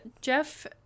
Jeff